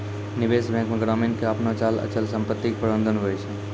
निबेश बेंक मे ग्रामीण के आपनो चल अचल समपत्ती के प्रबंधन हुवै छै